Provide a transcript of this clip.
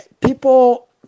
People